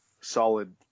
solid